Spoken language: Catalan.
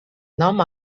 nom